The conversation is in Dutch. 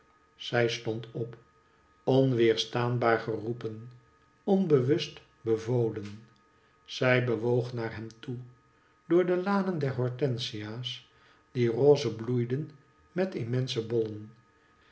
zij stond op onweerstaanbaar geroepen onbewust bevolen zij bewoog naar hem toe door de lanen der hortensia's die roze bloeiden met immense